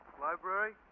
Library